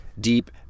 deep